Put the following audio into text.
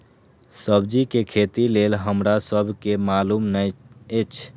सब्जी के खेती लेल हमरा सब के मालुम न एछ?